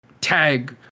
tag